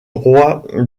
roy